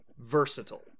versatile